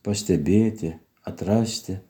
pastebėti atrasti